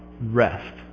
rest